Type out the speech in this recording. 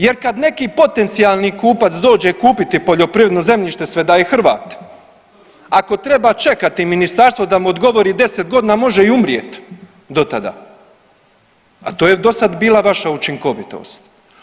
Jer kada neki potencijalni kupac dođe kupiti poljoprivredno zemljište sve da je i Hrvat ako treba čekati ministarstvo da mu odgovori 10 godina može i umrijeti do tada, a to je do sada bila vaša učinkovitost.